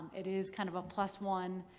um it is kind of a plus one,